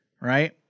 right